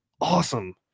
awesome